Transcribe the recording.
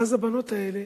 ואז הבנות האלה